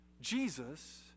Jesus